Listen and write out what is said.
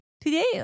Today